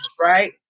right